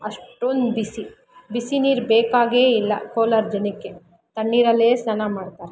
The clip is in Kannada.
ಅಷ್ಟೊಂದು ಬಿಸಿ ಬಿಸಿ ನೀರು ಬೇಕಾಗೇ ಇಲ್ಲ ಕೋಲಾರ ಜನಕ್ಕೆ ತಣ್ಣೀರಲ್ಲೇ ಸ್ನಾನ ಮಾಡ್ತಾರೆ